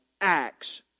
acts